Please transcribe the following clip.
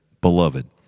beloved